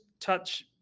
touch